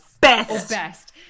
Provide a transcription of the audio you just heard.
best